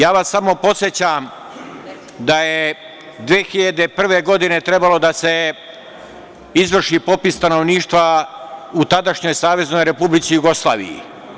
Samo vas podsećam da je 2001. godine trebao da se izvrši popis stanovništva u tadašnjoj Saveznoj Republici Jugoslaviji.